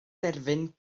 derfyn